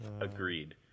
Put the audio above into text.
Agreed